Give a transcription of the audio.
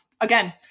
again